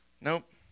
nope